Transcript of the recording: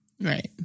Right